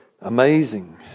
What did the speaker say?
Amazing